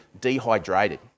dehydrated